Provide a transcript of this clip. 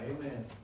Amen